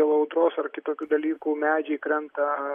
dėl audros ar kitokių dalykų medžiai krenta